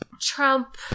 Trump